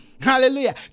Hallelujah